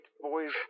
Boys